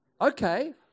okay